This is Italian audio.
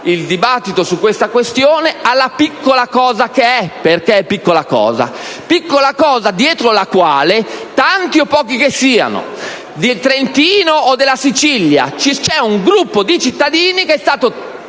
il dibattito su questa questione alla piccola cosa che è, perché è tale; piccola cosa dietro la quale, tanti o pochi che siano, del Trentino o della Sicilia, c'è un gruppo di cittadini che è stato